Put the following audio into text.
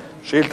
2009,